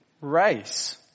race